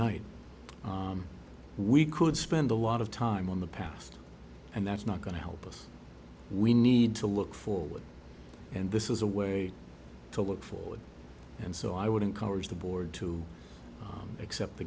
night we could spend a lot of time on the past and that's not going to help us we need to look forward and this is a way to look forward and so i would encourage the board to accept the